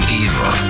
evil